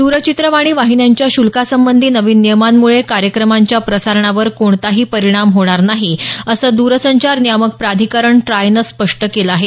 द्रचित्रवाणी वाहिन्यांच्या श्ल्कासंबंधी नवीन नियमांमुळे कार्यक्रमांच्या प्रसारणावर कोणताही परिणाम होणार नाही असं दूरसंचार नियामक प्राधिकरण ट्रायनं स्पष्ट केलं आहे